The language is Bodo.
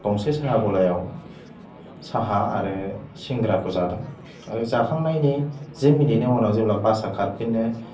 गंसे साहा गलायाव साहा आरो सिंग्राखौ जादों आरो जाखांनायनि जि मिनिटनि उनाव जेब्ला बासआ खारफिनो